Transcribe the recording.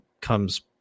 comes